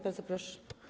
Bardzo proszę.